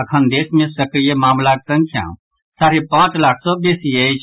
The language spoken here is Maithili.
अखन देश मे सक्रिय मामिलाक संख्या साढ़े पांच लाख सॅ बेसी अछि